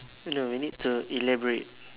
no we need to elaborate